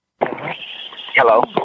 Hello